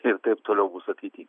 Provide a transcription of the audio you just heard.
ir taip toliau bus ateity